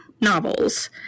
novels